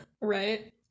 Right